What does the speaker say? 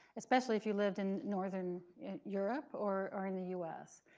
especially if you lived in northern europe or in the us.